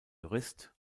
jurist